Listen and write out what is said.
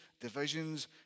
divisions